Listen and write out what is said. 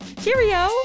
Cheerio